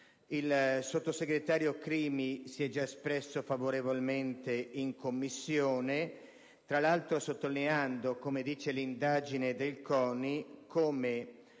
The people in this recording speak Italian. Il sottosegretario Crimi si è già espresso favorevolmente in Commissione, sottolineando tra l'altro, come dice l'indagine del CONI, come